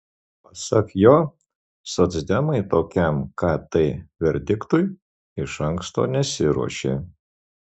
pasak jo socdemai tokiam kt verdiktui iš anksto nesiruošė